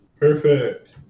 Perfect